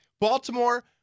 Baltimore